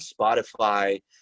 Spotify